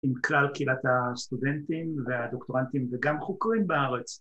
עם כלל קהילת הסטודנטים והדוקטורנטים וגם חוקרים בארץ